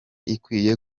ikwiye